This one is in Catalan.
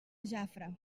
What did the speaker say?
jafre